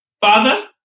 Father